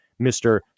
mr